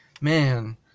man